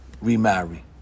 remarry